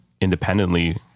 independently